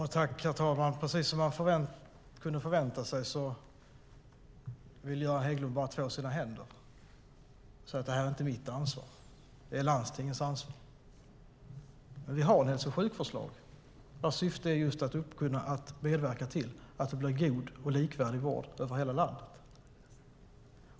Herr talman! Precis som jag kunde förvänta mig vill Göran Hägglund bara två sina händer och säga att det inte är hans ansvar. Det är landstingens ansvar. Vi har en hälso och sjukvårdslag vars syfte är att medverka till att det blir en god och likvärdig vård över hela landet.